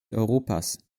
europas